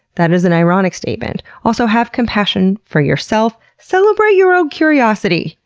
that is an ironic statement. also, have compassion for yourself celebrate your own curiosity!